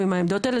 ועם העמדות האלה,